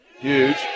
Huge